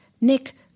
Nick